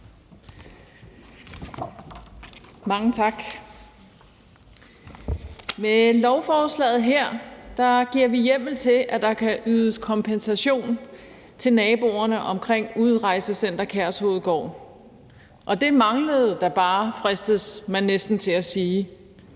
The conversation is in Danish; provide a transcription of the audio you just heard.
Mange tak. Med lovforslaget her giver vi hjemmel til, at der kan ydes kompensation til naboerne omkring Udrejsecenter Kærshovedgård, og det manglede da bare, fristes man næsten til at sige,